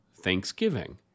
Thanksgiving